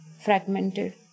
fragmented